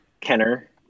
kenner